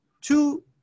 Two